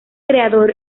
creador